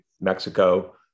Mexico